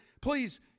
please